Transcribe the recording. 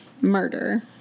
murder